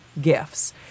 gifts